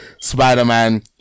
Spider-Man